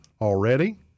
already